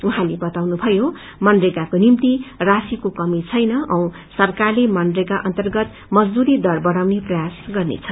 उहाँले बताउनुषयो मनरेगाको निभ्ति राशिको कमी छैन औ सरकार मनरेगा अर्न्तगत मजदुरी दर बढ़ाउने प्रयास गर्नेछ